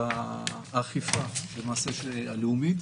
של האכיפה בהתאם לתמונת המצב של משרד הבריאות,